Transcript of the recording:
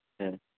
اچھا